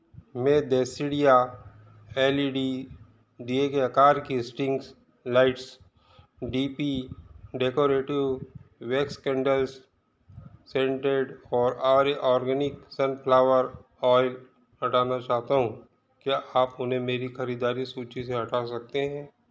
मैं देसीदिया L E D दिए के आकार की strings lights D P decorative wax candles scented और आर्य आर्गेनिक सनफ़्लावर ऑइल हटाना चाहता हूँ क्या आप उन्हें मेरी खरीदारी सूची से हटा सकते हैं